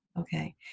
Okay